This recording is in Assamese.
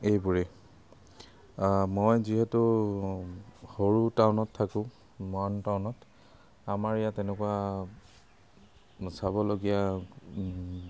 এইবোৰেই মই যিহেতু সৰু টাউনত থাকোঁ মৰাণ টাউনত আমাৰ ইয়াত তেনেকুৱা চাবলগীয়া